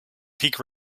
peak